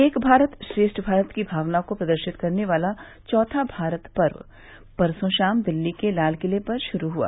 एक भारत श्रेष्ठ भारत की भावना को प्रदर्शित करने वाला चौथा भारत पर्व परसों शाम दिल्ली के लाल किले पर शुरू हुआ